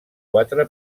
quatre